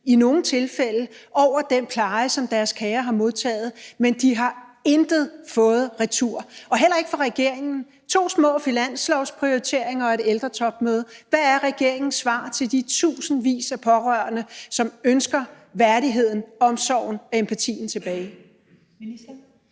kommunalbestyrelsen over den pleje, som deres kære har modtaget, og intet har fået retur? Heller ikke fra regeringen har de fået noget: to små finanslovsprioriteringer og et ældretopmøde. Hvad er regeringens svar til de tusindvis af pårørende, som ønsker værdigheden, omsorgen og empatien tilbage?